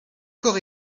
corps